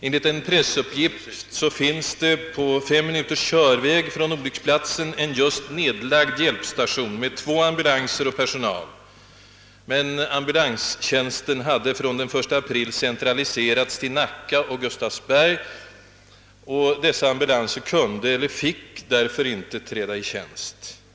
Enligt en pressuppgift fanns på fem minuters körväg från olycksplatsen en just nedlagd hjälpstation med två ambulanser och personal, men ambulanstjänsten hade från den 1 april centraliserats till Nacka och Gustavsberg. De nämnda två ambulanserna uppgavs inte kunna eller få träda i tjänst.